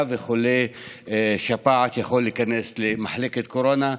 וחולה שפעת יכול להיכנס למחלקת קורונה.